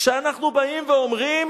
כשאנחנו באים ואומרים